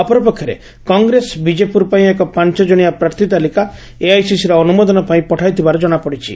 ଅପର ପକ୍ଷରେ କଂଗ୍ରେସ ବିଜେପୁର ପାଇଁ ଏକ ପାଞ ଜଶିଆ ପାର୍ଥୀ ତାଲିକା ଏଆଇସିସିର ଅନୁମୋଦନ ପାଇଁ ପଠାଇଥିବାର ଜଣାପଡ଼ିଛି